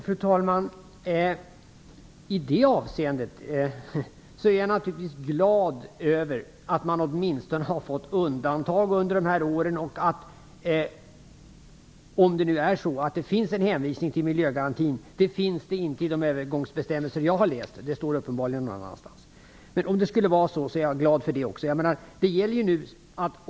Fru talman! Jag är naturligtvis glad över att man åtminstone har fått ett undantag under de här åren. Om det nu finns en hänvisning till miljögarantin - det finns det inte i de övergångsbestämmelser som jag tagit del av - är jag glad för det.